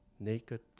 Naked